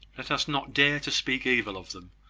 let us not dare to speak evil of them,